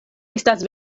estas